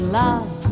love